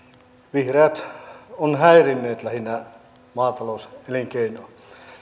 vihreät ovat lähinnä häirinneet maatalouselinkeinoa